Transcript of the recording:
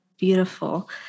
beautiful